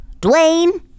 Dwayne